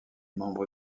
membre